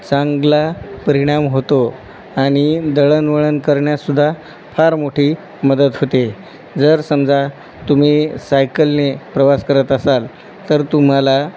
चांगला परिणाम होतो आणि दळणवळण करण्याससुद्धा फार मोठी मदत होते जर समजा तुम्ही सायकलने प्रवास करत असाल तर तुम्हाला